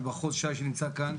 עם מחוז שי שנמצא כאן.